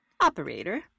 Operator